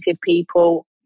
people